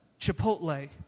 Chipotle